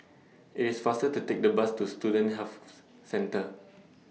IT IS faster to Take The Bus to Student Health Centre